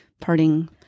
parting